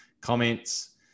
comments